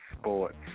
sports